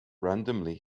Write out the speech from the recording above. randomly